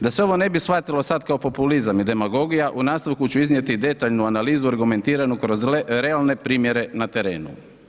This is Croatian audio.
Da se ovo ne bi shvatilo sad kao populizam i demagogija, u nastavku ću iznijeti detaljnu analizu argumentiranu kroz realne primjere na terenu.